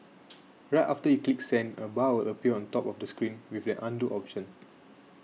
right after you click send a bar will appear on top of the screen with an Undo option